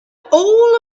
all